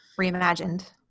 reimagined